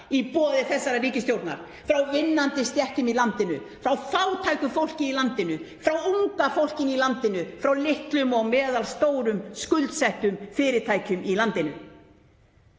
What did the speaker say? í boði þessarar ríkisstjórnar, frá vinnandi stéttum í landinu, frá fátæku fólki í landinu, frá unga fólkinu í landinu, frá litlum og meðalstórum skuldsettum fyrirtækjum í landinu.